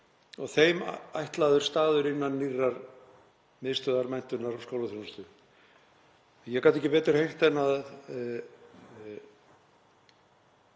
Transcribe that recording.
og þeim ekki ætlaður staður innan nýrrar Miðstöðvar menntunar og skólaþjónustu.“ Ég gat ekki betur heyrt en að